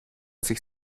sich